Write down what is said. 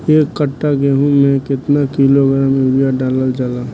एक कट्टा गोहूँ में केतना किलोग्राम यूरिया डालल जाला?